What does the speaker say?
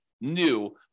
new